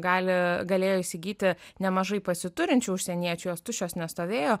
gali galėjo įsigyti nemažai pasiturinčių užsieniečių jos tuščios nestovėjo